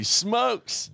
smokes